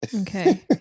Okay